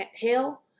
hell